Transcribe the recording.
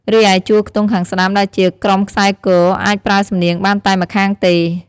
រីឯជួរខ្ទង់ខាងស្ដាំ ដែលជា ក្រុមខ្សែគ អាចប្រើសំនៀងបានតែម្ខាងទេ។